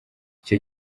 icyo